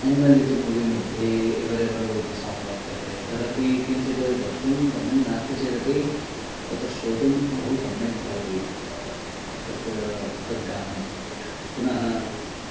animal इति मुविमध्ये एवरेवरो इति साङ्ग् वर्तते तदपि किञ्चित् द्रष्टुं सम्यग् नास्तिचेदपि तत्र श्रोतुं बहु सम्यक् भवति तस्य तद्गानं पुनः